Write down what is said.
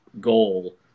goal